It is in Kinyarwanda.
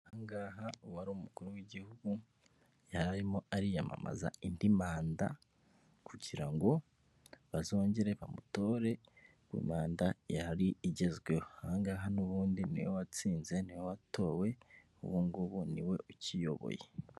Aha ngaha uwari umukuru w'igihugu yari arimo ariyamamaza indi manda, kugira ngo bazongere bamutore manda yari igezweho, aha ngaha n'ubundi ni we watsinze ni we watowe, ubu ngubu ni we ukiyoboye.